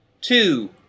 two